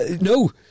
No